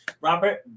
Robert